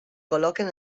col·loquen